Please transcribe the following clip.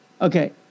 Okay